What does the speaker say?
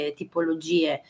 tipologie